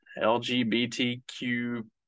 LGBTQ